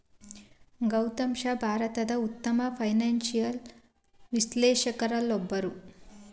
ಗೌತಮ್ ಶಾ ಭಾರತದ ಉತ್ತಮ ಫೈನಾನ್ಸಿಯಲ್ ವಿಶ್ಲೇಷಕರಲ್ಲೊಬ್ಬರು